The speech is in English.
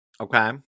Okay